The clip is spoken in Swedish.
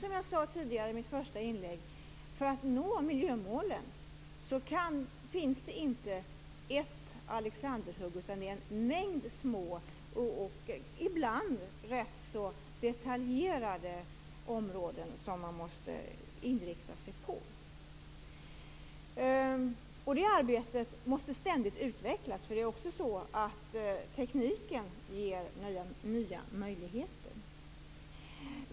För att nå miljömålen finns - som jag sade i mitt första inlägg - inte ett Alexanderhugg. Det är en mängd små ibland rätt så detaljerade områden som man måste inrikta sig på. Det arbetet måste ständigt utvecklas, eftersom tekniken ger nya möjligheter.